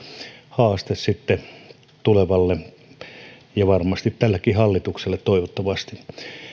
haaste sitten tulevalle ja varmasti tällekin hallitukselle toivottavasti